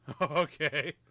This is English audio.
Okay